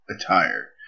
attire